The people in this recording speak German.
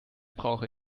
brauche